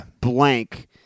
blank